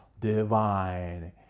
divine